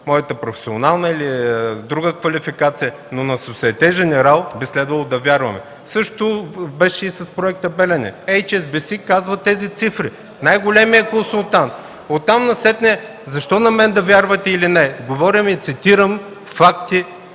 моята професионална или друга квалификация, но на „Сосиете Женерал” би следвало да вярваме. Същото беше и с Проекта „Белене” – „Ейч Ес Би Си” казва тези цифри – най-големият консултант. Оттам насетне защо на мен да вярвате или не. Говоря и цитирам факти,